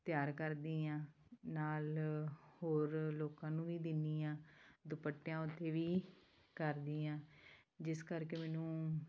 ਤਿਆਰ ਕਰਦੀ ਹਾਂ ਨਾਲ ਹੋਰ ਲੋਕਾਂ ਨੂੰ ਵੀ ਦਿੰਦੀ ਹਾਂ ਦੁਪੱਟਿਆਂ ਉਤੇ ਵੀ ਕਰਦੀ ਹਾਂ ਜਿਸ ਕਰਕੇ ਮੈਨੂੰ